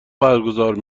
برگزار